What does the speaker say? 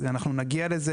אנחנו נגיע לזה.